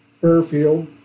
Fairfield